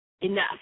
enough